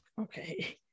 Okay